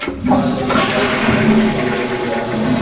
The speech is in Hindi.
कुआँ जल सिंचाई प्रणाली से सिंचाई कैसे की जाती है?